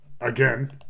Again